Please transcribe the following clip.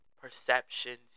perceptions